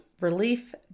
relief